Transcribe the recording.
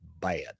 bad